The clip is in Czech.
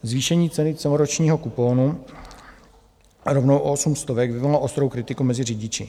Zvýšení ceny celoročního kuponu rovnou o osm stovek vyvolalo ostrou kritiku mezi řidiči.